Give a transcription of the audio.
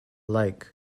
lake